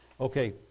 Okay